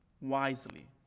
wisely